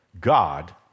God